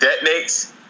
detonates